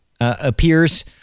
appears